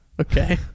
Okay